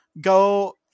Go